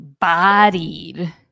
bodied